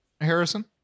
harrison